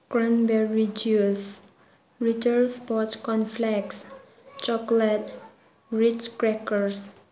corn berry juice ꯔꯤꯇꯔ ꯏꯄꯣꯁ cornflakes chocolate rice crackers